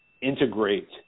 integrate